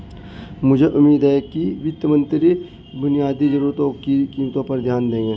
मुझे उम्मीद है कि वित्त मंत्री बुनियादी जरूरतों की कीमतों पर ध्यान देंगे